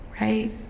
right